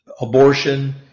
abortion